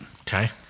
Okay